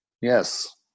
Yes